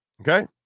Okay